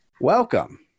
Welcome